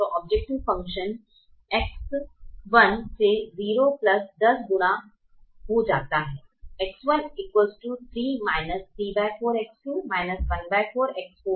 तो objective function X1 से 0 10 गुना हो जाता है X16−34X2−14X4 इसलिए X1106−34X2−14X49 X2